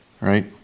right